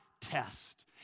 test